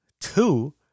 two